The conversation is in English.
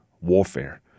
warfare